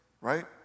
right